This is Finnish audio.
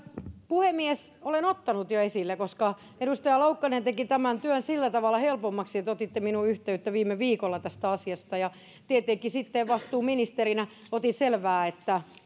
puhemies olen ottanut sen jo esille koska edustaja laukkanen teitte tämän työn sillä tavalla helpommaksi että otitte minuun yhteyttä viime viikolla tästä asiasta ja tietenkin vastuuministerinä otin sitten selvää